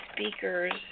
speakers